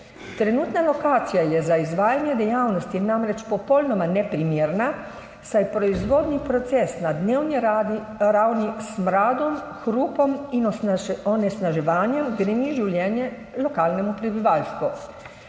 Trenutna lokacija je za izvajanje dejavnosti namreč popolnoma neprimerna, saj proizvodni proces na dnevni ravni s smradom, hrupom in onesnaževanjem greni življenje lokalnemu prebivalstvu.